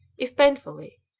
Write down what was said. if painfully,